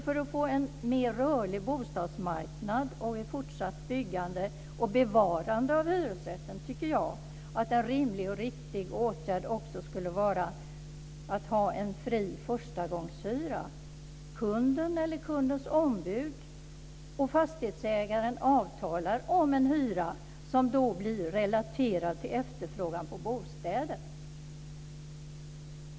För att få en mer rörlig bostadsmarknad och ett fortsatt byggande och bevarande av hyresrätten tycker jag att en rimlig och riktig åtgärd också skulle vara att ha en fri förstagångshyra. Det innebär att kunden eller kundens ombud och fastighetsägaren avtalar om en hyra som då blir relaterad till efterfrågan på bostäder.